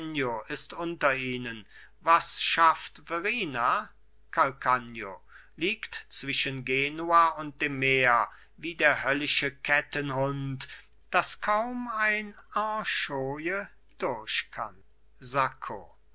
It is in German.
ist unter ihnen was schafft verrina calcagno liegt zwischen genua und dem meer wie der höllische kettenhund daß kaum ein anchoye durch kann sacco